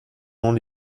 ans